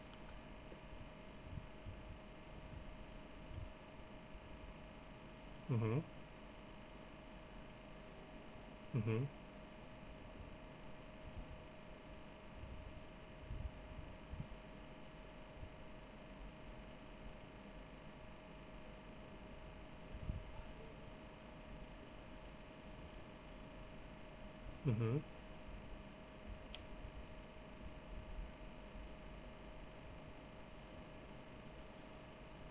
mmhmm mmhmm mmhmm